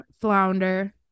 Flounder